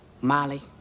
Molly